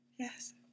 Yes